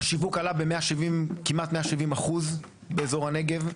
השיווק עלה בכמעט 170% באזור הנגב.